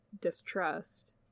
distrust